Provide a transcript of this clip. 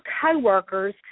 coworkers